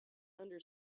under